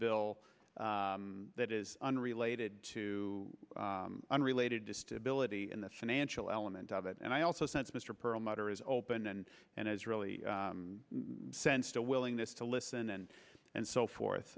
bill that is unrelated to unrelated to stability in the financial element of it and i also sense mr perlmutter is open and and has really sensed a willingness to listen and and so forth